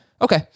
Okay